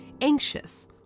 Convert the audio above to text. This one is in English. anxious